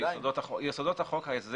יסודות החוק הזה